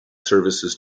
services